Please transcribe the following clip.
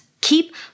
Keep